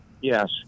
Yes